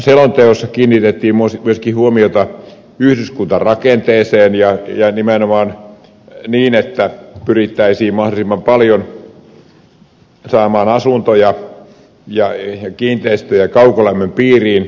selonteossa kiinnitettiin myöskin huomiota yhdyskuntarakenteeseen nimenomaan niin että pyrittäisiin mahdollisimman paljon saamaan asuntoja ja kiinteistöjä kaukolämmön piiriin